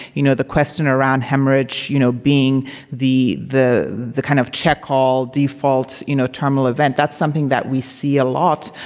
you know, the question around hemorrhage, you know, being the the kind of check-all default, you know, terminal event that's something that we see a lot.